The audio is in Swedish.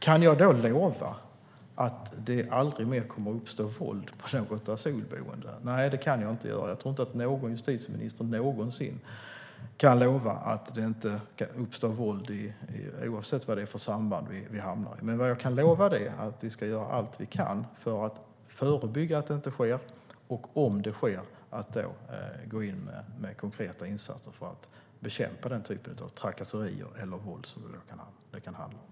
Kan jag då lova att det aldrig mer kommer att uppstå våld på ett asylboende? Nej, det kan jag inte. Jag tror inte att någon justitieminister någonsin kan lova att det inte ska uppstå våld oavsett vilket sammanhang det handlar om. Men jag kan lova att vi ska göra allt vi kan för att förebygga att det inte sker och, om det sker, gå in med konkreta insatser för att bekämpa den typ av trakasserier eller våld som det handlar om.